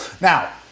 now